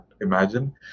imagine